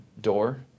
door